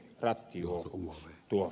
herra puhemies